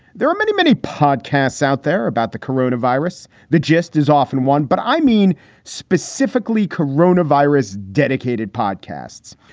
there are many, many podcasts out there about the corona virus. the gist is often one, but i mean specifically corona virus dedicated podcasts.